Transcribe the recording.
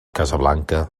casablanca